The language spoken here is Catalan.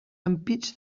ampits